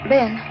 Ben